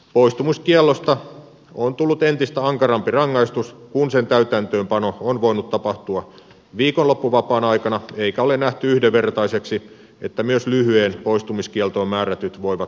poistumiskiellosta on tullut entistä ankarampi rangaistus kun sen täytäntöönpano on voinut tapahtua viikonloppuvapaan aikana eikä ole nähty yhdenvertaiseksi että myös lyhyeen poistumiskieltoon määrätyt voivat menettää vapaansa